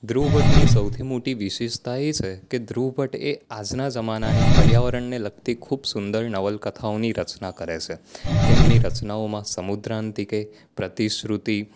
ધ્રુવ ભટ્ટની સૌથી મોટી વિશેષતા એ છે કે ધ્રુવ ભટ્ટ એ આજના જમાનાની પર્યાવરણને લગતી ખુબ સુંદર નવલકથાઓની રચના કરે છે તેમની રચનાઓમાં સમુદ્રાંતિકે પ્રતિશ્રુતિ